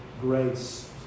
grace